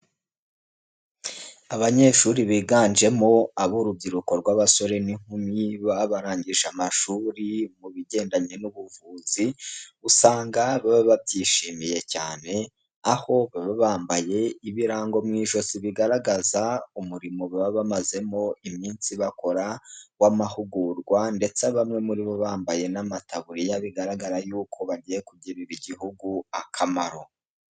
Abanyeshuri biganjemo ab'urubyiruko rw'abasore n'inkumi baba barangije amashuri mu bigendanye n'ubuvuzi, usanga baba babyishimiye cyane, aho baba bambaye ibirango mu ijosi bigaragaza umurimo baba bamazemo iminsi bakora w'amahugurwa ndetse bamwe muri bo bambaye n'amataburiya bigaragara yuko bagiye kugirira igihugu akamaro.